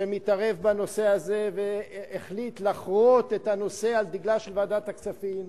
שמתערב בנושא הזה והחליט לחרות את הנושא על דגלה של ועדת הכספים,